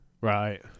Right